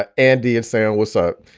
ah andi of saying was ah